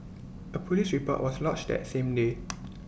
A Police report was lodged that same day